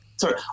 sorry